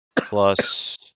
plus